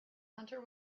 hunter